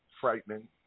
frightening